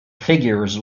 figures